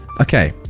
okay